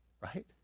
right